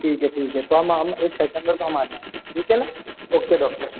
ठीक है ठीक है तो हम हम एक सितंबर को हम आ जाएंगे ठीक है न ओके डॉक्टर